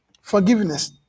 forgiveness